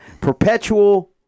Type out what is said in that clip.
perpetual